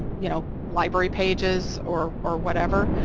you know, library pages, or or whatever,